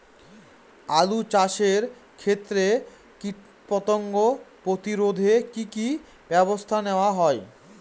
আলু চাষের ক্ষত্রে কীটপতঙ্গ প্রতিরোধে কি কী ব্যবস্থা নেওয়া হয়?